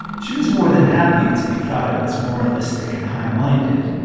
she was more than happy to be thought of as moralistic and high-minded.